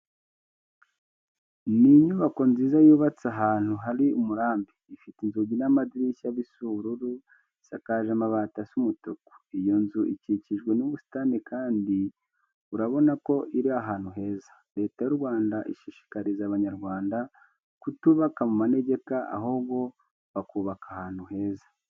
Ni inyubako nziza yubatse ahantu hari umurambi, ifite inzugi n'amadirishya bisa ubururu, isakaje amabati asa umutuku. Iyo nzu ikikijwe n'ubusitani kandi urubona ko iri ahantu heza. Leta y'u Rwanda ishishikariza Abanyarwanda kutubaka mu manegeka, ahubwo bakubaka ahantu heza.